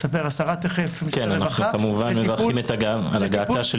תכף השרה תספר --- אחנו כמובן מברכים על הגעתה של